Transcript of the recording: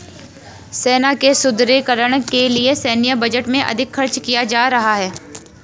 सेना के सुदृढ़ीकरण के लिए सैन्य बजट में अधिक खर्च किया जा रहा है